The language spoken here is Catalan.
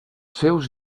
seus